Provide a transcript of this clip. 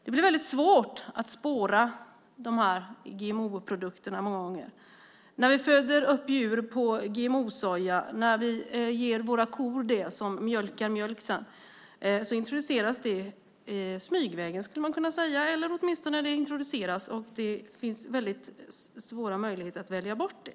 Det blir väldigt svårt att spåra GMO-produkterna många gånger. När vi föder upp djur på GMO-soja, när vi ger våra kor det, kor som mjölkar mjölk sedan, introduceras det smygvägen, skulle man kunna säga. Det introduceras åtminstone, och det är väldigt svårt att välja bort det.